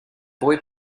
boy